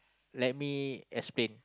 let me explain